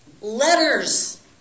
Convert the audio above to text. Letters